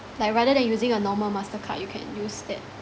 like rather than using a normal mastercard you can use that